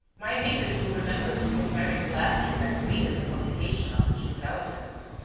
my readers will remember the homeric laughter that greeted the publication of the two telegrams.